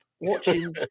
Watching